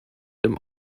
dem